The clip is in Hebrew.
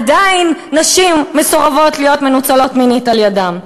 עדיין נשים מסרבות להיות מנוצלות מינית על-ידם.